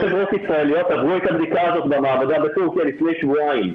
יש חברות ישראליות שעשו את הבדיקה הזאת במעבדה בטורקיה לפני שבועיים.